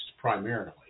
primarily